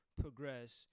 progress